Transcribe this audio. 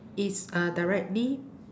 it's uh directly